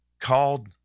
called